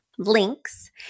links